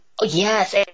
Yes